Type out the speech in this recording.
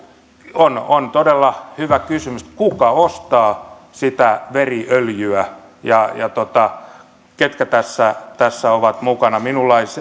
on on todella hyvä kysymys kuka ostaa sitä veriöljyä ja ketkä tässä tässä ovat mukana minulla ei